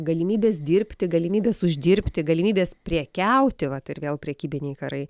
galimybės dirbti galimybės uždirbti galimybės prekiauti vat ir vėl prekybiniai karai